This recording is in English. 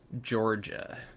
Georgia